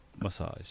Massage